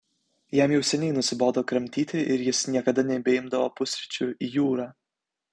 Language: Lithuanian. jam jau seniai nusibodo kramtyti ir jis niekada nebeimdavo pusryčių į jūrą